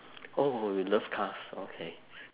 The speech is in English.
oh you love cars okay